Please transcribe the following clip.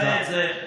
איזה סיסמאות?